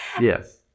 Yes